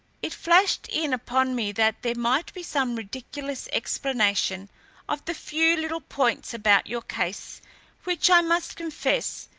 it flashed in upon me that there might be some ridiculous explanation of the few little points about your case which, i must confess,